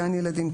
גן ילדים,